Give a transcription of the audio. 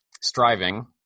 striving